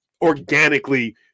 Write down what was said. organically